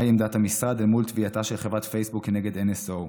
מהי עמדת המשרד אל מול תביעתה של חברת פייסבוק כנגד NSO,